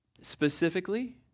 Specifically